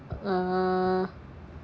uh